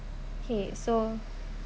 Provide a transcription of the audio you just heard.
okay so